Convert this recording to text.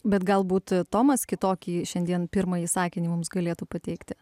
bet galbūt tomas kitokį šiandien pirmąjį sakinį mums galėtų pateikti